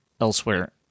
elsewhere